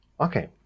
Okay